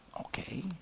okay